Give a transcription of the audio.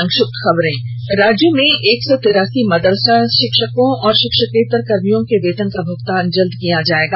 भूगतान राज्य में एक सौ तिरासी मदरसा शिक्षकों और शिक्षकेत्तर कर्मियों के वेतन का भूगतान जल्द ही किया जायेगा